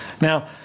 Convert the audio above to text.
Now